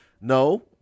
No